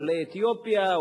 עולי אתיופיה,